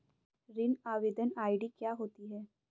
ऋण आवेदन आई.डी क्या होती है?